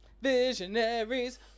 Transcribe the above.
Visionaries